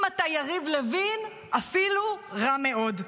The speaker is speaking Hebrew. אם אתה יריב לוין, אפילו רע מאוד.